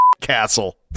castle